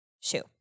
shoe